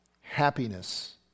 happiness